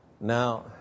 Now